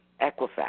Equifax